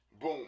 boom